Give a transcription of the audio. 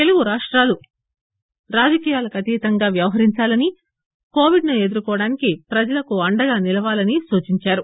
తెలుగు రాష్టాలు రాజకీయాలకు అతీతంగా వ్యవహరించాలని కోవిడ్ ను ఎదుర్కునేందుకు ప్రజలకు అండగా నిలవాలని సూచించారు